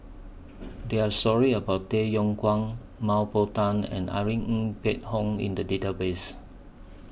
There Are stories about Tay Yong Kwang Mah Bow Tan and Irene Ng Phek Hoong in The Database